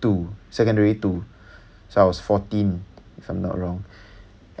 two secondary two so I was fourteen if I'm not wrong